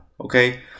Okay